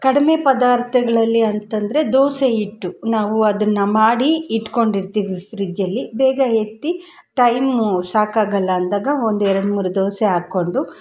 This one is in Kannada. ಕಡಿಮೆ ಪದಾರ್ಥಗಳಲ್ಲಿ ಅಂತಂದರೆ ದೋಸೆ ಹಿಟ್ಟು ನಾವು ಅದನ್ನು ಮಾಡಿ ಇಟ್ಟುಕೊಂಡಿರ್ತೀವಿ ಫ್ರಿಜ್ಜಲ್ಲಿ ಬೇಗ ಎತ್ತಿ ಟೈಮ್ ಸಾಕಾಗಲ್ಲ ಅಂದಾಗ ಒಂದೆರಡು ಮೂರು ದೋಸೆ ಹಾಕೊಂಡು